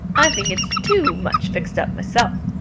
i think it's too much fixed up myself,